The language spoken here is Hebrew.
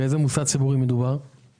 באיזה מוסד ציבורי מדובר?